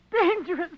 dangerous